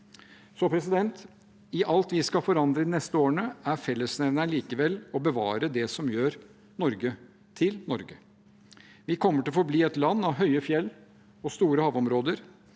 forsvarssektoren. I alt vi skal forandre de neste årene, er fellesnevneren likevel å bevare det som gjør Norge til Norge. Vi kommer til å forbli et land av høye fjell og store havområder,